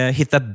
hitta